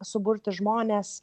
suburti žmones